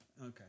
Okay